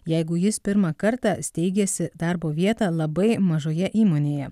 jeigu jis pirmą kartą steigiasi darbo vietą labai mažoje įmonėje